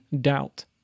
doubt